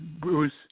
Bruce